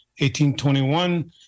1821